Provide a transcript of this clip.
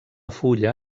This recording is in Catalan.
fulla